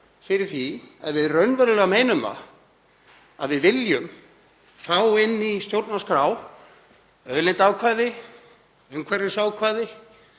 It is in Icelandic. fyrir því, ef við raunverulega meinum að við viljum fá inn í stjórnarskrá auðlindaákvæði, umhverfisákvæði